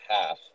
half